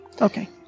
Okay